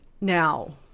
Now